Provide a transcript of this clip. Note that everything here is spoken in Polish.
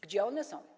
Gdzie one są?